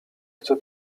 chce